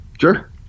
Sure